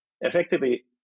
Effectively